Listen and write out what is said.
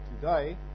today